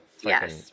Yes